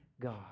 God